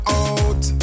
out